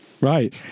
Right